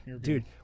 Dude